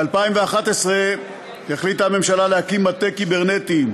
ב-2011 החליטה הממשלה להקים מטה קיברנטי,